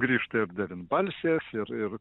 grįžta ir devynbalsės ir ir